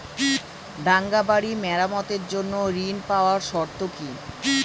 ভাঙ্গা বাড়ি মেরামতের জন্য ঋণ পাওয়ার শর্ত কি?